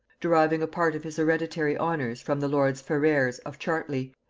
deriving a part of his hereditary honors from the lords ferrers of chartley,